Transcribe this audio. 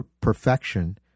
perfection